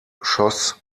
schoss